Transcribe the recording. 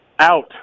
Out